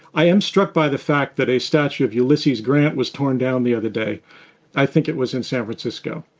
i am struck by the fact that a statue of ulysses grant was torn down the other day i think it was in san francisco.